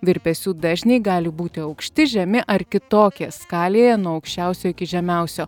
virpesių dažniai gali būti aukšti žemi ar kitokie skalėje nuo aukščiausio iki žemiausio